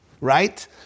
right